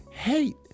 Hate